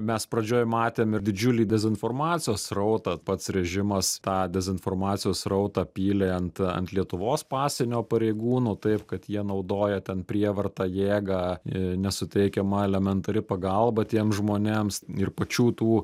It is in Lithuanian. mes pradžioj matėm ir didžiulį dezinformacijos srautą pats režimas tą dezinformacijos srautą pylė ant ant lietuvos pasienio pareigūnų taip kad jie naudoja ten prievartą jėgą i nesuteikiama elementari pagalba tiem žmonėms ir pačių tų